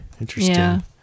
interesting